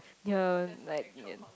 ya like ya